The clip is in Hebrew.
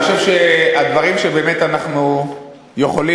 אני חושב שהדברים שבאמת אנחנו יכולים,